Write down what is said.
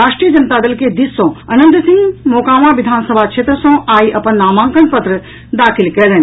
राष्ट्रीय जनता दल के दिस सॅ अनंत सिंह मोकामा विधानसभा क्षेत्र सॅ आइ अपन नामांकन पत्र दाखिल कयलनि